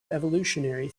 evolutionary